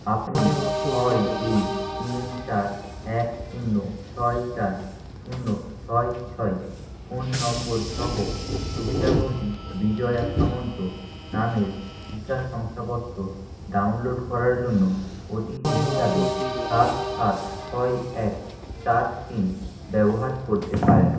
আপনি ছয় দুই তিন চার এক শূন্য ছয় চার শূন্য ছয় ছয় ফোন নম্বরসহ সুবিধাভোগী বিজয়া সামন্ত নামের টিকা শংশাপত্র ডাউনলোড করার জন্য ওটিপি হিসাবে সাত সাত ছয় এক চার তিন ব্যবহার করতে পারেন